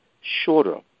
shorter